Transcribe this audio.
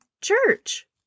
church